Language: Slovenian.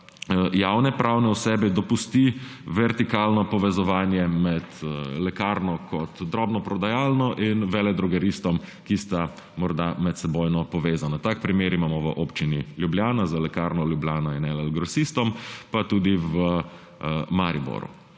javne pravne osebe, dopusti vertikalno povezovanje med lekarno kot drobno prodajalno in veledrogeristom, ki sta morda medsebojno povezana. Tak primer imamo v občini Ljubljana z Lekarno Ljubljana in LL Grosistom, pa tudi v Mariboru.